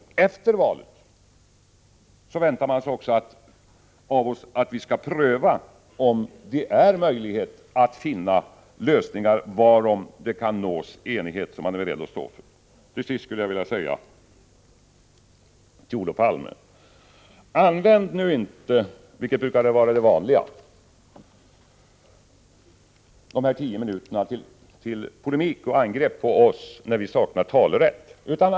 Men efter valet väntar man sig också av oss att vi skall pröva om det finns möjlighet att finna lösningar som vi är beredda att stå för och varom det kan nås enighet. Till sist skulle jag vilja säga till Olof Palme: Använd nu inte — vilket brukar vara det vanliga — de tio minuterna till polemik och angrepp på oss när vi saknar replikrätt.